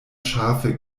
scharfe